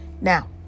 now